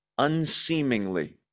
unseemingly